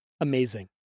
amazing